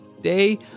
day